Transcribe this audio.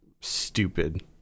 stupid